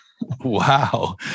Wow